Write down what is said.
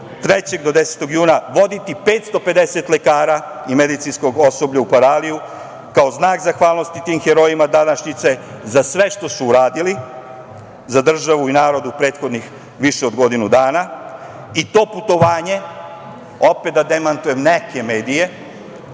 3. do 10. juna voditi 550 lekara i medicinskog osoblja u Paraliju, kao znak zahvalnosti tim herojima današnjice za sve što su uradili za državu i narod u prethodnih više od godinu dana. I to putovanje, opet da demantujem neke medije,